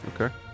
Okay